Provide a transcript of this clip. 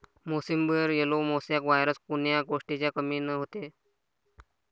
मोसंबीवर yellow mosaic virus कोन्या गोष्टीच्या कमीनं होते?